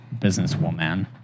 Businesswoman